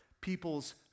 people's